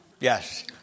Yes